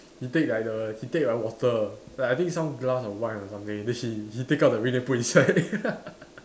he take like the he take like water like I think like some glass or wine or something then he he take out the ring and put inside